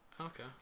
Okay